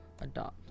adopt